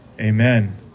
Amen